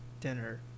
dinner